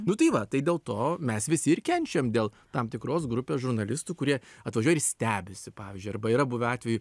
nu tai va tai dėl to mes visi ir kenčiam dėl tam tikros grupės žurnalistų kurie atvažiuoja ir stebisi pavyzdžiui arba yra buvę atvejų